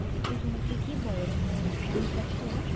अन्त त्यसमा चाहिँ के भएर म जान्नु सक्छु होला